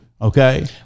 okay